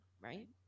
right